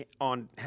on –